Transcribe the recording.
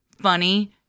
funny